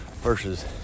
versus